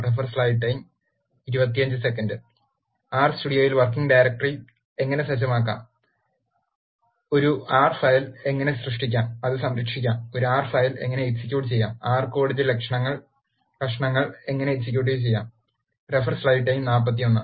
R സ്റ്റുഡിയോയിൽ working directory എങ്ങനെ സജ്ജമാക്കാം ഒരു ആർ ഫയൽ എങ്ങനെ സൃഷ്ടിക്കാം അത് സംരക്ഷിക്കാം ഒരു ആർ ഫയൽ എങ്ങനെ എക്സിക്യൂട്ട് ചെയ്യാം ആർ കോഡിന്റെ കഷണങ്ങൾ എങ്ങനെ എക്സിക്യൂട്ട് ചെയ്യാം